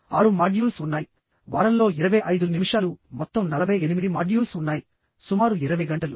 6 modules ఉన్నాయి వారంలో 25 నిమిషాలు మొత్తం 48 మాడ్యూల్స్ ఉన్నాయి సుమారు 20 గంటలు